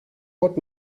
what